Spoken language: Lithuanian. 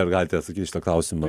ar galite sakyt į šitą klausimą